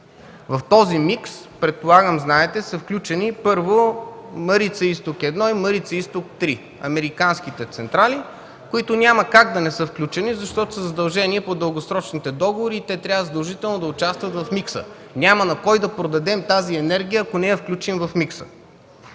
В този микс, предполагам знаете, са включени, първо, „Марица Изток 1” и „Марица Изток 3” – американските централи, които няма как да не са включени, защото са задължение по дългосрочните договори и те трябва задължително да участват в микса. Няма на кой да продадем тази енергия, ако не я включим в микса.